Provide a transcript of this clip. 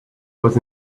was